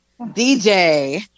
DJ